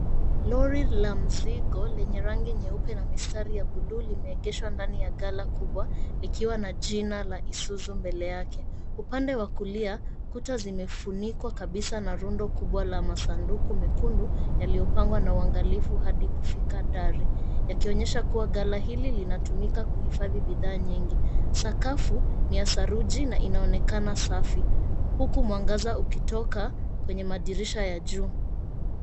Lori za mzigo lenye rangi nyeupe na mstari ya blu limeegeshwa kwenye gala kubwa likiwa na jina la Isuzu mbele yake. Upande wa kulia, kuta zimefunikwa kabisa na rundo kubwa la masanduku mekundu yaliyopangwa na uangalifu hadi kufika dari, yakionyesha kuwa gala hili linatumika kuhifadhi bidhaa nyingi. Sakafu ni ya saruji na inaonekana safi huku mwangaza ikitoka kwenye madirisha ya juu.